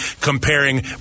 comparing